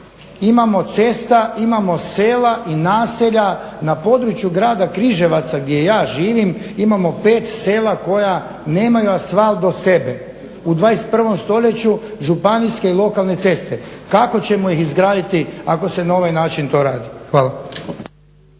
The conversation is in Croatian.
imamo cesta, imamo sela i naselja na području Grada Križevaca gdje ja živim, imamo 5 sela koja nemaju asfalt do sebe. U 21. stoljeću županijske i lokalne ceste. Kako ćemo ih izgraditi ako se na ovaj način to radi? Hvala.